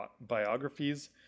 biographies